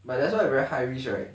but that's why it very high risk right